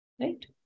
Right